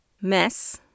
mess